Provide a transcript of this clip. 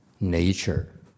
Nature